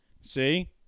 See